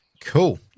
Cool